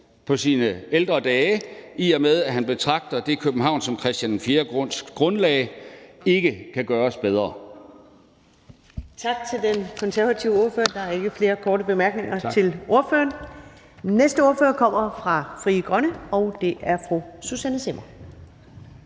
på sine ældre dage, i og med at han betragter det København, som Christian IV grundlagde, som noget, der ikke kan gøres bedre.